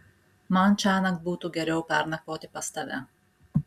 man šiąnakt būtų geriau pernakvoti pas tave